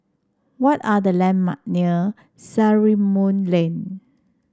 what are the landmark near Sarimbun Lane